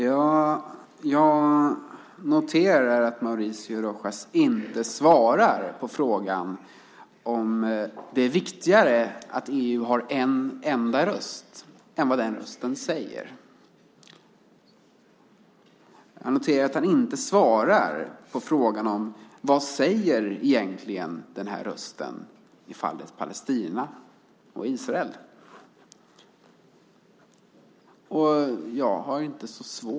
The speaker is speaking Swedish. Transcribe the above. Fru talman! Jag noterar att Mauricio Rojas inte svarar på frågan om det är viktigare att EU har en enda röst än vad den rösten säger. Jag noterar att han inte svarar på frågan: Vad säger egentligen den här rösten i fallet Palestina och Israel?